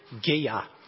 Gia